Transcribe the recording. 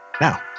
now